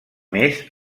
més